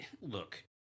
Look